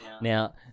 Now